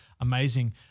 amazing